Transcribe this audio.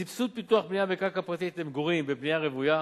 11. סבסוד פיתוח בנייה בקרקע פרטית למגורים בבנייה רוויה,